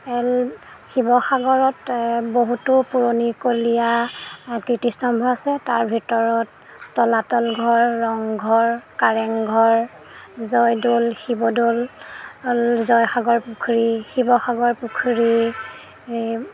L শিৱসাগৰত বহুত পুৰণিকলীয়া কীৰ্তিস্তম্ভ আছে তাৰ ভিতৰত তলাতলঘৰ ৰংঘৰ কাৰেংঘৰ জয়দ'ল শিৱদ'ল জয়সাগৰ পুখুৰী শিৱসাগৰ পুখুৰী